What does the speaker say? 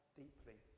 deeply